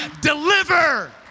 deliver